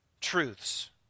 truths